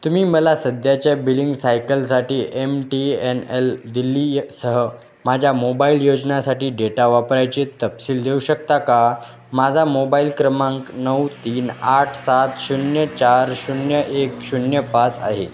तुम्ही मला सध्याच्या बिलिंग सायकलसाठी M T N L Delhi सह माझ्या मोबाइल योजनेसाठी डेटा वापरायचे तपशील देऊ शकता का माझा मोबाइल क्रमांक नऊ तीन आठ सात शून्य चार शून्य एक शून्य पाच आहे